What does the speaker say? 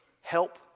help